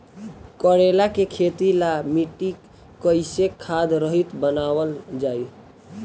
करेला के खेती ला मिट्टी कइसे खाद्य रहित बनावल जाई?